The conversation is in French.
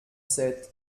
sept